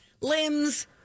Limbs